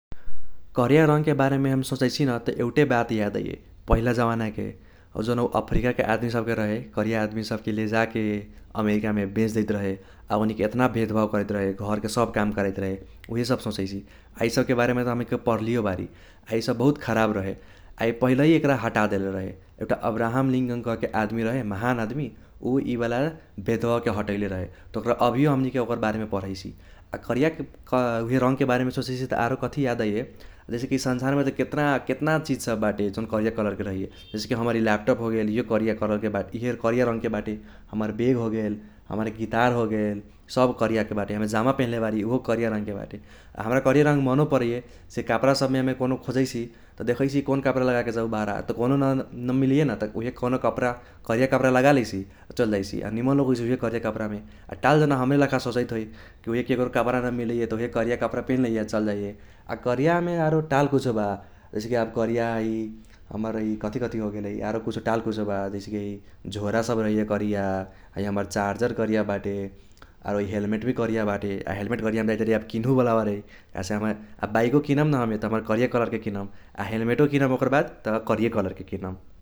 करिया रंगके बारेमे हम सोचैसि न त एउटे बात याद आइये पहिला जवानाके हौ जौन हौ अफ्रीकाके आदमी सबके रहे करिया आदमी सबके लेजाके अमेरिकमे बेच देइतरहे। आ ओकनीके एतना भेदभाव करैत रहे घरके सब काम कराइत रहे उहे सब सोचैसि। आ इसबके बारेमे त पढलियो बारी आ इसब बहुत खराब रहे । आ पहिलही एकरा हटादेले रहे एउटा अब्राहम लिंकन कहके आदमी रहे महान आदमी उ इबाला भेदभावके हटएले रहे। त ओकरा अभियो हमनीके ओकर बारेमे पधैसि। आ उहे रंगके बारेमे सोचैसि त आरो कथी याद आइये जैसे कि संसारमे त केतना केतना चिज सब बाटे जौन करिया कलरके रहैये जैसे कि हमर इ लैपटॉप होगेल इहो करिया कलरके इहे करिया रंगके बाटे। हमर बेग होगेल हमर गितार होगेल सब कारियाके बाटे । हमे जामा पेनहले बारी उहो करिया रंगके बाटे। आ हमरा करिया रंग मनो परैये से कप्रा सबमे हमे कौनो खोजैसि त देखैसि कौन कप्रा लगाके जाऊ बाहारा त कौनो न मिलैये न त उहे कौनो कप्रा करिया कप्रा लगा लेईसि आ चल जाइसी । आ निमन लौकैसै उहे करिया कप्रामे । आ ताल जाना हमरे लाखा सोचैत होइ कि उइहे केकरो कप्रा न मिलैये त उइहे करिया कप्रा पैन्ह लेईये आ चल जाइये। आ कारियामे आरो ताल कुछो बा जैसे कि आब करिया इ हमर इ कथी कथी होगेल इ आरो कुछो ताल कुछो बा जैसे कि इ झोरा सब रहैये करिया है हमर चार्जर करिया बाटे आरो इ हेलमेट भी करिया बाटे। आ हेलमेट करिया हमे जाईत बारी आब किनहु बाला बारी काहेसे हमे आब बाइको किनम न हमे त हमे करिया कलरके किनम आ हेलमेटो किनम ओकर बाद त करिये कलरके किनम।